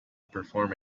perform